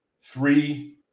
Three